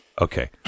Okay